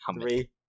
Three